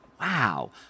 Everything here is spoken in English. Wow